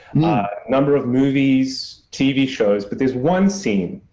a number of movies, tv shows, but there's one scene,